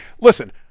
Listen